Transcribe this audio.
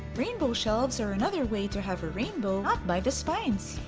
rainbow shelves are another way to have a rainbow not by the spines.